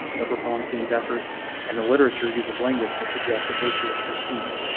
the proponents of these efforts and the literature uses language that suggests a virtuous pursuit,